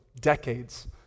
decades